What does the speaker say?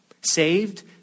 Saved